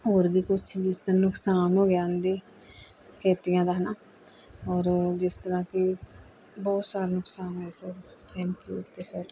ਔਰ ਵੀ ਕੁਛ ਜਿਸ ਦਾ ਨੁਕਸਾਨ ਹੋ ਗਿਆ ਉਹਨਾਂ ਦੀ ਖੇਤੀਆਂ ਦਾ ਹੈ ਨਾ ਔਰ ਜਿਸ ਤਰ੍ਹਾਂ ਕਿ ਬਹੁਤ ਸਾਰਾ ਨੁਕਸਾਨ ਹੋਇਆ sir thank you okay sir